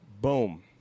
boom